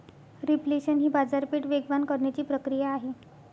reflation ही बाजारपेठ वेगवान करण्याची प्रक्रिया आहे